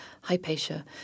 Hypatia